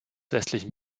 westlichen